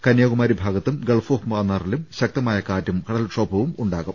കന്യാകുമാരി ഭാഗത്തും gulf of മാന്നാറിലും ശക്തമായ കാറ്റും കടൽക്ഷോഭവുമുണ്ടാകും